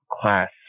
class